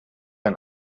ein